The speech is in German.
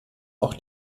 auch